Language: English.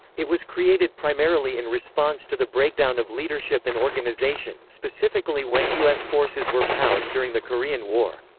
it was created primarily in response to the breakdown of leadership and organization, specifically when u s. forces were pows during the korean war.